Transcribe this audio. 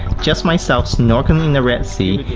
just myself snorkeling in the red sea,